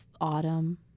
autumn